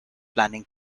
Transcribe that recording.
planning